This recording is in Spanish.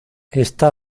está